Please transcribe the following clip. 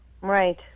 Right